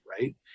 right